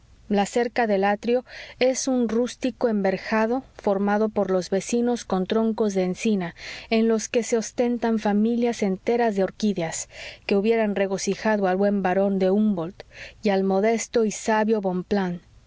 la cerca del atrio es un rústico enverjado formado por los vecinos con troncos de encina en los que se ostentan familias enteras de orquídeas que hubieran regocijado al buen barón de humboldt y al modesto y sabio bonpland